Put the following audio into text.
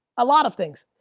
a lot of things.